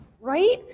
Right